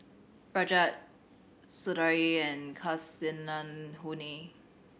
Rajat Sudhir and Kasinadhuni